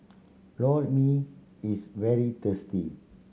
Lor Mee is very tasty